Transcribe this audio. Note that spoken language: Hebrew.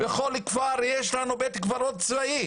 בכל כפר יש לנו בית קברות צבאי,